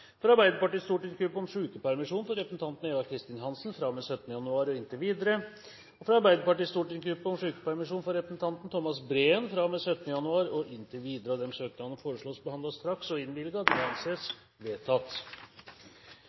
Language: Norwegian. fra Arbeiderpartiets stortingsgruppe om sykepermisjon for representanten Eva Kristin Hansen fra og med 17. januar og inntil videre fra Arbeiderpartiets stortingsgruppe om sykepermisjon for representanten Thomas Breen fra og med 17. januar og inntil videre Disse søknader foreslås behandlet straks og innvilget. – Det anses vedtatt.